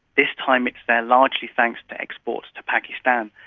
this time it's there largely thanks to exports to pakistan.